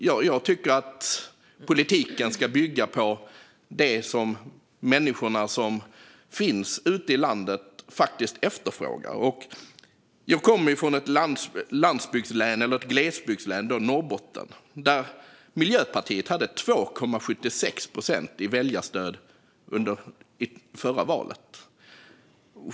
Jag tycker att politiken ska bygga på det som människorna ute i landet efterfrågar. Jag kommer från ett glesbygdslän, Norrbotten. Där fick Miljöpartiet 2,76 procent i väljarstöd i förra valet.